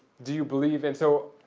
do you believe? and so,